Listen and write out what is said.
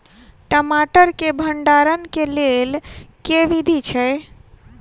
टमाटर केँ भण्डारण केँ लेल केँ विधि छैय?